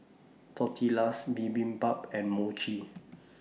Tortillas Bibimbap and Mochi